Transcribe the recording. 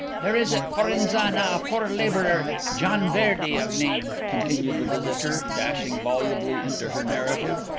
there is at forenzana a poor labourer, gian verde of name, continued the visitor, dashing volubly into her narrative.